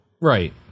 Right